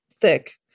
thick